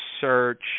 search